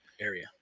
area